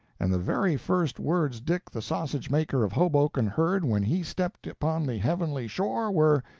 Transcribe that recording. and the very first words dick the sausage-maker of hoboken heard when he stepped upon the heavenly shore were,